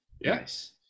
nice